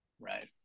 Right